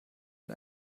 mit